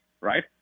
right